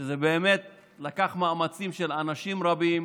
שבאמת דרש מאמצים של אנשים רבים,